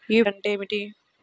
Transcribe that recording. UPI అంటే ఏమిటీ?